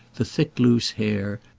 the thick loose hair,